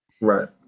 Right